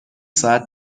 ساعت